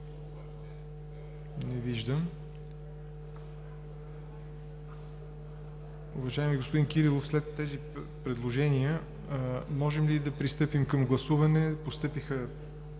Не виждам. Уважаеми господин Кирилов, след тези предложения можем ли да пристъпим към гласуване? Постъпиха